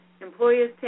employers